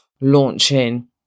launching